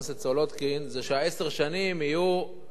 זה שעשר השנים יהיו עד ביאת המשיח,